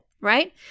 right